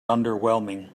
underwhelming